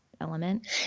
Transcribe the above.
element